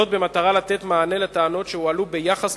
זאת במטרה לתת מענה לטענות שהועלו ביחס